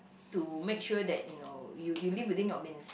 to make sure that you know you you live within your means